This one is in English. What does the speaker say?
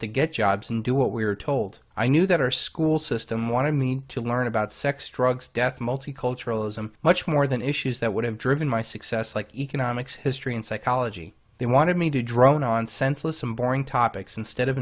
to get jobs and do what we were told i knew that our school system wanted me to learn about sex drugs death multiculturalism much more than issues that would have driven my success like economics history and psychology they wanted me to drone on senseless and boring topics instead of